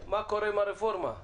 מה קורה עם הרפורמה.